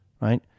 right